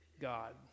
God